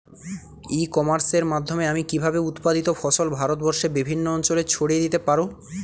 ই কমার্সের মাধ্যমে আমি কিভাবে উৎপাদিত ফসল ভারতবর্ষে বিভিন্ন অঞ্চলে ছড়িয়ে দিতে পারো?